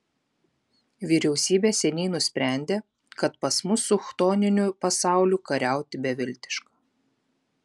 vyriausybė seniai nusprendė kad pas mus su chtoniniu pasauliu kariauti beviltiška